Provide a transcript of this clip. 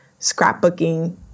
scrapbooking